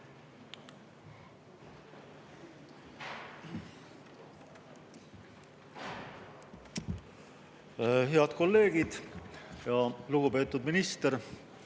Head kolleegid! Lugupeetud minister!